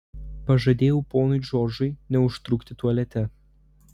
pažadėjau ponui džordžui neužtrukti tualete